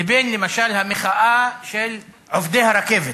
לבין למשל המחאה של עובדי הרכבת,